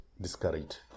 discouraged